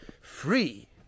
free